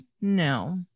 no